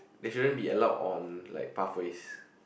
they shouldn't be allowed on like pathways